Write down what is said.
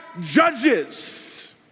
judges